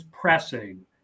pressing